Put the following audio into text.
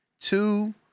two